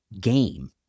game